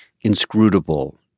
inscrutable